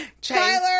Tyler